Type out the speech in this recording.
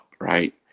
right